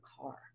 car